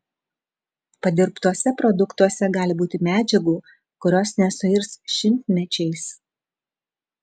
padirbtuose produktuose gali būti medžiagų kurios nesuirs šimtmečiais